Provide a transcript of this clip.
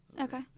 Okay